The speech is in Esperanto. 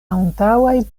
antaŭaj